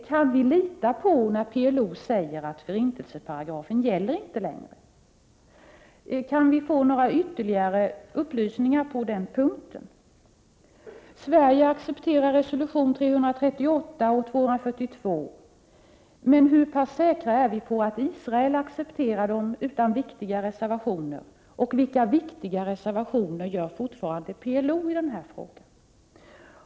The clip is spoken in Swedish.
Kan vi lita på när PLO säger att förintelseparagrafen inte gäller längre? Kan vi få några ytterligare upplysningar på den punkten? Sverige accepterar resolutionerna 338 och 242. Men hur pass säkra är vi på att Israel accepterar dem utan viktiga reservationer, och vilka viktiga reservationer gör PLO fortfarande i de här frågorna?